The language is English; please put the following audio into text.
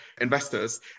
investors